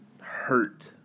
hurt